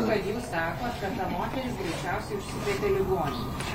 kad jūs sakot kad ta moteris greičiausiai užsikrėtė ligoninėj